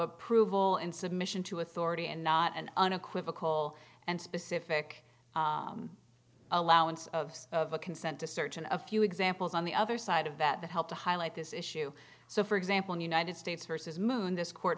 approval and submission to authority and not an unequivocal and specific allowance of a consent to search and a few examples on the other side of that that helped to highlight this issue so for example in united states versus moon this court